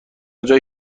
جایی